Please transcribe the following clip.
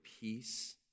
peace